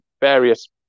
various